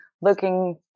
looking